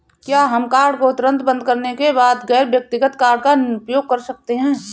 क्या हम कार्ड को तुरंत बंद करने के बाद गैर व्यक्तिगत कार्ड का उपयोग कर सकते हैं?